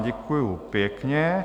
Děkuju pěkně.